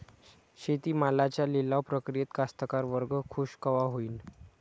शेती मालाच्या लिलाव प्रक्रियेत कास्तकार वर्ग खूष कवा होईन?